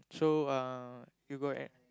so uh you got a~